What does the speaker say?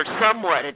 somewhat